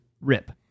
rip